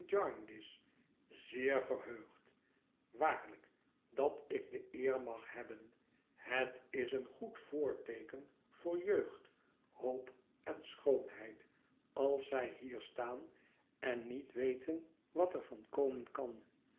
zeer verheugd waarlijk dat ik de eer mag hebben het is een goed voorteeken voor jeugd hoop en schoonheid als zij hier staan on niet weten wat er van komen kan